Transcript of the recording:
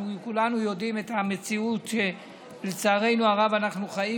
אנחנו כולנו יודעים את המציאות שלצערנו הרב אנחנו חיים